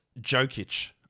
Jokic